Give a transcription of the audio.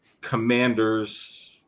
commanders